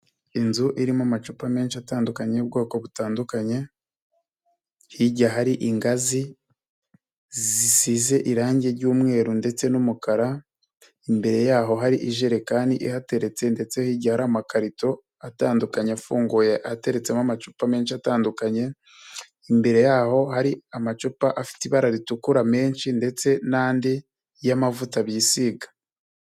Inzu irimo amacupa menshi atandukanye y'ubwoko butandukanye, hirya hari ingazi zisize irange ry'umweru ndetse n'umukara, imbere yaho hari ijerekani ihateretse ndetse hirya hari amakarito atandukanye afunguye ateretsemo amacupa menshi atandukanye, imbere y'aho hari amacupa afite ibara ritukura menshi ndetse n'andi y'amavuta bisiga.